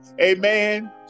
Amen